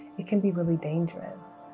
it can be really dangerous.